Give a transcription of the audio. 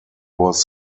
was